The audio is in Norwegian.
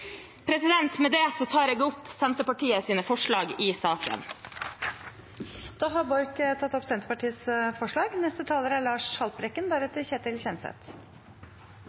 det. Med det tar jeg opp Senterpartiets forslag i saken. Representanten Sandra Borch har tatt opp